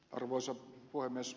arvoisa puhemies